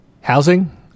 housing